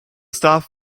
staff